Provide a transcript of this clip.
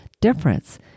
difference